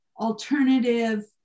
alternative